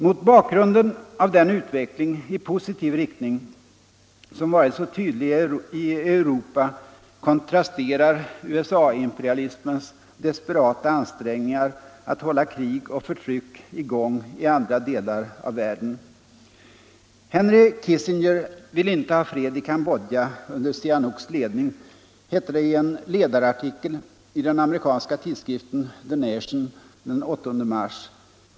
Mot bakgrunden av den utveckling i positiv riktning som varit så tydlig i Europa kontrasterar USA-imperialismens desperata ansträngningar att hålla krig och förtryck i gång i andra delar av världen. ”Henry Kissinger vill inte ha fred i Cambodja under Sihanouks ledning”, hette det i en JE ledarartikel i den amerikanska tidskriften The Nation den 8 mars.